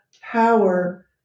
power